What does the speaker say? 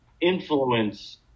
influence